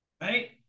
Right